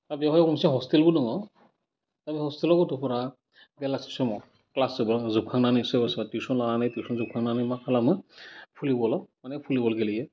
आरो बेवहाय गंसे हस्टेलबो दङ दा बे हस्टेलयाव गथफोरा बेलासि समाव ख्लास जोबहां जोबखांनानै सोरबा सोरबा टिउसन लानानै टिउसन जोबखांनानै मा खालामो भलिबलयाव मानि भलिबल गेलेयो